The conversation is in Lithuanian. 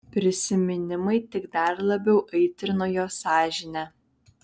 prisiminimai tik dar labiau aitrino jo sąžinę